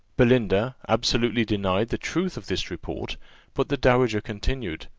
belinda absolutely denied the truth of this report but the dowager continued,